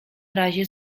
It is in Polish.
razie